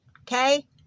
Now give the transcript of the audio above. okay